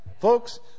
Folks